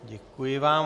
Děkuji vám.